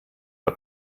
bei